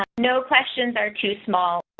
no questions are too small.